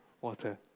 water